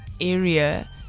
area